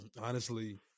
honestly-